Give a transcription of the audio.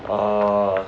orh